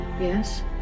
Yes